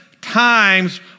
times